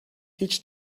hiç